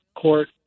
court